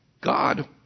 God